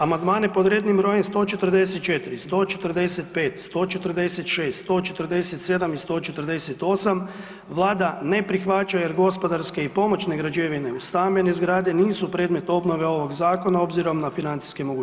Amandman pod rednim brojem 144, 145, 146, 147 i 148 Vlada ne prihvaća jer gospodarske i pomoćne građevine uz stambene zgrade nisu predmet obnove ovog zakona obzirom na financijske mogućnosti.